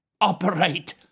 operate